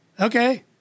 okay